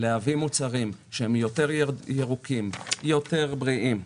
להביא מוצרים שהם יותר ירוקים, יותר בריאים?